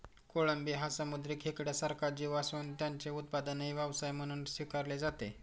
कोळंबी हा समुद्री खेकड्यासारखा जीव असून त्याचे उत्पादनही व्यवसाय म्हणून स्वीकारले जाते